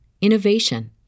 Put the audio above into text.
innovation